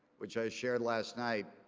which i shared last night,